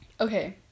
Okay